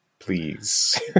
Please